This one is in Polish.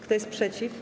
Kto jest przeciw?